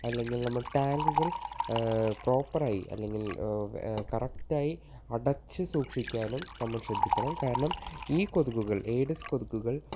അല്ലെങ്കിൽ നമ്മുടെ ടാങ്കുകൾ പ്രോപ്പർ ആയി അല്ലെങ്കിൽ കറക്റ്റ് ആയി അടച്ച് സൂക്ഷിക്കാനും നമ്മൾ ശ്രദ്ധിക്കണം കാരണം ഈ കൊതുകുകൾ ഏഡിസ് കൊതുകുകൾ